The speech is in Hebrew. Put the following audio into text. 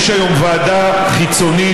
יש היום ועדה חיצונית,